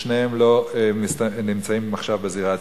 ושניהם לא נמצאים עכשיו בזירה הציבורית.